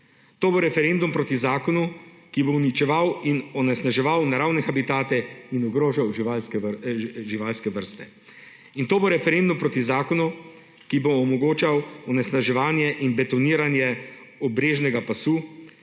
To bo referendum proti zakonu, ki bo uničeval in onesnaževal naravne habitate in ogrožal živalske vrste. In to bo referendum proti zakonu, ki bo omogočal onesnaževanje in betoniranje obrežnega pasu,